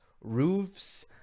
roofs